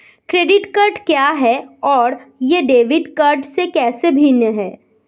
Credit card क्या है और यह डेबिट कार्ड से कैसे भिन्न है?